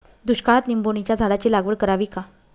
दुष्काळात निंबोणीच्या झाडाची लागवड करावी का?